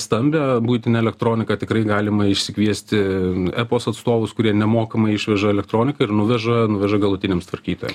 stambią buitinę elektroniką tikrai galima išsikviesti epos atstovus kurie nemokamai išveža elektroniką ir nuveža nuveža galutiniams tvarkytojam